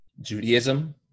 Judaism